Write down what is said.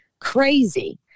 crazy